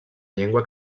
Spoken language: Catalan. llengua